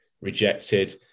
rejected